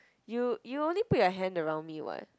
you you only put your hand around me [what]